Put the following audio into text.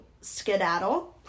skedaddle